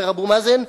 אומר אבו מאזן,